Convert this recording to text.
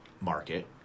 market